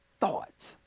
thoughts